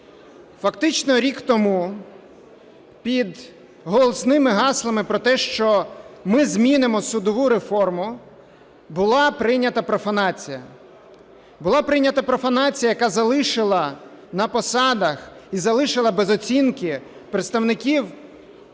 Фактично рік тому під голосними гаслами про те, що ми змінимо судову реформу, була прийнята профанація. Була прийнята профанація, яка залишила на посадах і залишила без оцінки представників